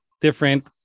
different